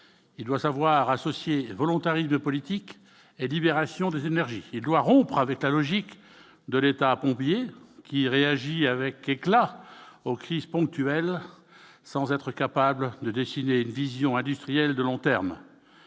il doit savoir associer volontariste de politique et libération des énergies Édouard Oprah avec la logique de l'État pompier qui réagit avec éclat aux crises ponctuelles, sans être capable de dessiner une vision industrielle de long terme